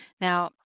Now